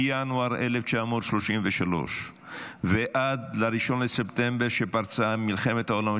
מינואר 1933 ועד ל-1 בספטמבר 1939,